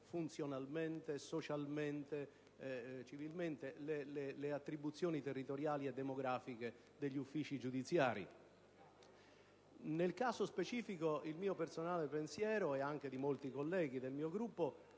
funzionale, civile e sociale delle attribuzioni territoriali e demografiche degli uffici giudiziari. Nel caso specifico, il mio personale pensiero, e anche quello di molti altri colleghi del mio Gruppo,